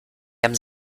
haben